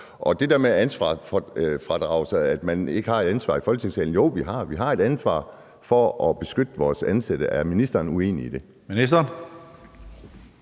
til det der med ansvarsfralæggelse, og at man ikke har et ansvar i Folketingssalen: Jo, vi har. Vi har et ansvar for at beskytte vores ansatte. Er ministeren uenig i det?